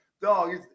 dog